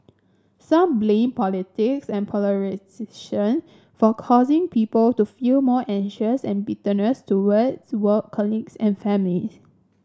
some blame politics and polarisation for causing people to feel more and bitterness towards work colleagues and family